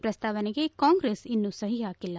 ಪ್ರಸ್ತಾವನೆಗೆ ಕಾಂಗ್ರೆಸ್ ಇನ್ನೂ ಸಹಿ ಹಾಕಿಲ್ಲ